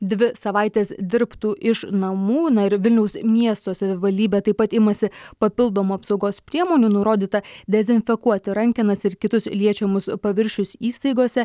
dvi savaites dirbtų iš namų na ir vilniaus miesto savivaldybė taip pat imasi papildomų apsaugos priemonių nurodyta dezinfekuoti rankenas ir kitus liečiamus paviršius įstaigose